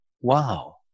Wow